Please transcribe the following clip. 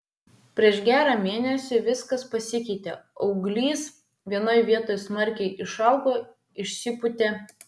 prieš gerą mėnesį viskas pasikeitė auglys vienoj vietoj smarkiai išaugo išsipūtė